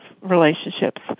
relationships